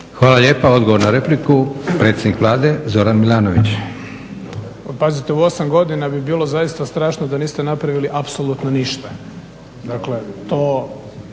Hvala lijepo. Odgovor na repliku, predsjednik Vlade Zoran Milanović.